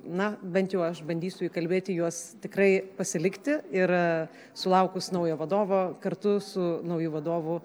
na bent jau aš bandysiu įkalbėti juos tikrai pasilikti ir sulaukus naujo vadovo kartu su nauju vadovu